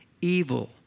evil